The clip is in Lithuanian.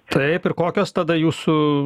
taip ir kokios tada jūsų